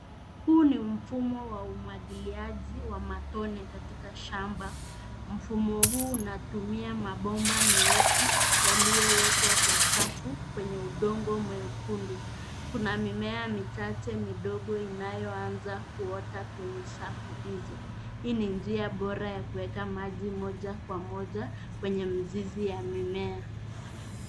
Huu ni mfumo wa umwangiliaji wa matone katika shamba. Mfumo huu unatumia mabomba meusi yaliyowekwa kwa safu kwenye udongo mwekundu. Kuna mimea michache midogo inayoanza kuota kwenye safu hizo. Hii ni njia bora ya kuweka maji moja kwa moja kwenye mizizi ya mimea.